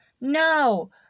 No